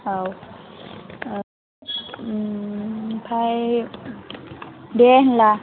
औ ओमफ्राय दे होनब्ला